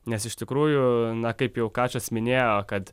nes iš tikrųjų na kaip jau kačas minėjo kad